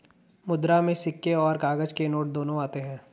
मुद्रा में सिक्के और काग़ज़ के नोट दोनों आते हैं